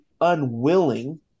unwilling